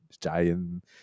giant